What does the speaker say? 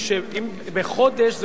חודש,